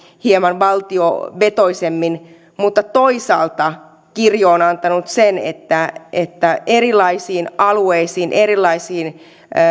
hieman valtiovetoisemmin mutta toisaalta kirjo on antanut sen että että erilaisiin alueisiin erilaisiin